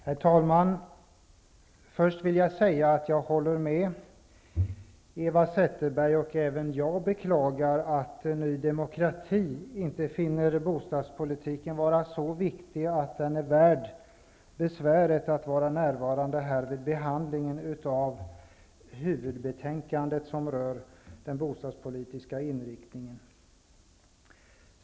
Herr talman! Först vill jag säga att jag håller med Eva Zetterberg om att det är beklagligt att Ny demokrati inte finner bostadspolitiken så viktig att den är värd besväret att närvara här vid behandlingen av huvudbetänkandet om den bostadspolitiska inriktningen.